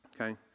Okay